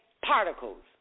particles